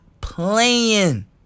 playing